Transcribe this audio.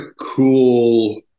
cool